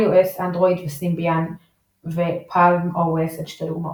iOS, אנדרואיד וסימביאן ו־PalmOS הן שתי דוגמאות.